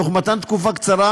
תוך מתן תקופה קצרה,